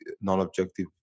non-objective